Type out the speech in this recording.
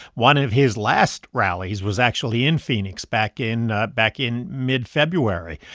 one of his last rallies was actually in phoenix back in back in mid-february.